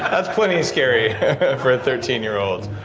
that's plenty scary for a thirteen year old,